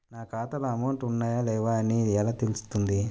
నా ఖాతాలో అమౌంట్ ఉన్నాయా లేవా అని ఎలా తెలుస్తుంది?